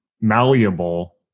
malleable